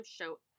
show